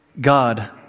God